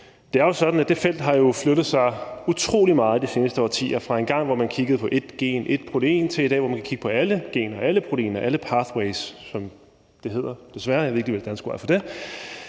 det felt har flyttet sig utrolig meget de seneste årtier, fra at man engang kiggede på ét gen og ét protein og til i dag, hvor man kan kigge på alle gener og alle proteiner og alle pathways, som det hedder – desværre, og jeg ved ikke, hvad det danske ord for det